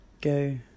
go